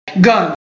gun